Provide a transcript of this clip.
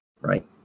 right